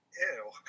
ew